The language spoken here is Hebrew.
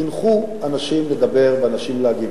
חינכו אנשים לדבר ואנשים להגיב,